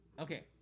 Okay